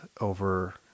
over